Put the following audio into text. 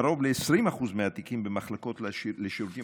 קרוב ל-20% מהתיקים במחלקות לשירותים